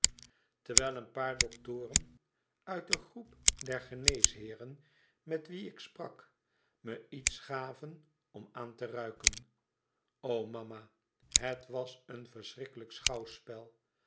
terwijl een paar doktoren uit den groep der geneesheeren met wie ik sprak me iets gaven om aan te ruiken o mama het was een verschrikkelijk schouwspel